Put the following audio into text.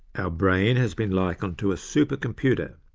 our brain has been likened to a supercomputer,